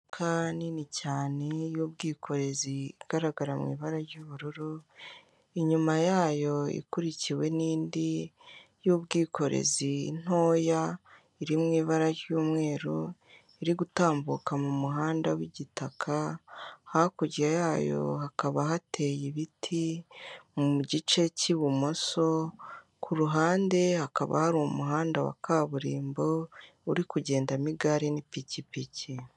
Imodoka nini cyane y'ubwikorezi igaragara mu ibara ry'ubururu, inyuma yayo ikurikiwe n'indi y'ubwikorezi ntoya iri mu ibara ry'umweru iri gutambuka mu muhanda w'igitaka. Hakurya yayo hakaba hateye ibiti mu gice cy'ibumoso, ku ruhande hakaba hari umuhanda wa kaburimbo uri kugendamo igare n'ipikipiki.